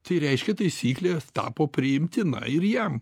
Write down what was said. tai reiškia taisyklė tapo priimtina ir jam